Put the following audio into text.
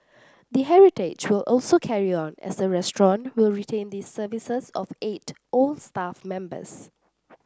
the heritage will also carry on as the restaurant will retain the services of eight old staff members